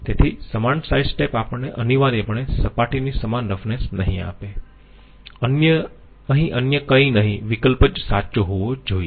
તેથી સમાન side step આપણને અનિવાર્યપણે સપાટીની સમાન રફનેસ નહીં આપે અહીં અન્ય કઈ નહીં વિકલ્પ જ સાચો હોવો જોઈયે